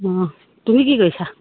অঁ তুমি কি কৰিছা